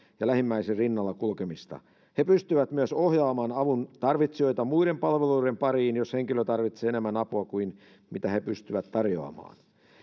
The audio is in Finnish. ja lähimmäisen rinnalla kulkemista he pystyvät myös ohjaamaan avun tarvitsijoita muiden palveluiden pariin jos henkilö tarvitsee enemmän apua kuin mitä he pystyvät tarjoamaan